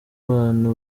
abantu